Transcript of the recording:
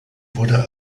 wurde